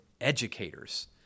educators